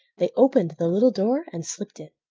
they opened the little door and slipped in.